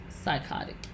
psychotic